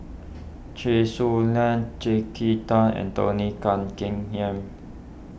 Chen Su Lan Kin Tat and Tony Keng Yam